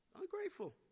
Ungrateful